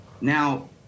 Now